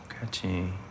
catchy